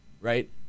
right